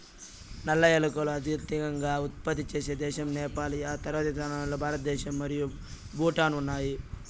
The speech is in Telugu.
నల్ల ఏలకులు అత్యధికంగా ఉత్పత్తి చేసే దేశం నేపాల్, ఆ తర్వాతి స్థానాల్లో భారతదేశం మరియు భూటాన్ ఉన్నాయి